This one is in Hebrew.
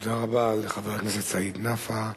תודה רבה לחבר הכנסת סעיד נפאע.